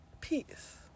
peace